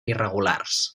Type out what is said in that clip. irregulars